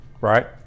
right